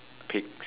pigs